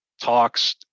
talks